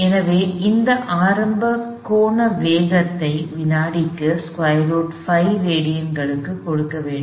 எனவே இந்த ஆரம்ப கோண வேகத்தை வினாடிக்கு √5 ரேடியன்களுக்கு கொடுக்க வேண்டும்